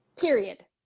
Period